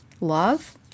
love